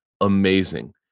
amazing